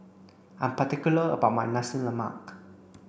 I'm particular about my Nasi Lemak